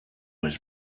was